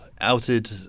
Outed